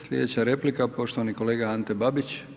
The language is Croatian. Slijedeća replika poštovani kolega Ante Babić.